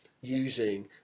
using